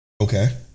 Okay